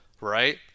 Right